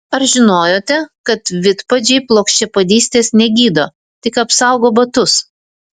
ar žinojote kad vidpadžiai plokščiapadystės negydo tik apsaugo batus